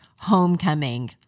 homecoming